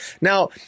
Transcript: now